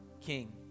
King